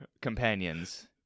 companions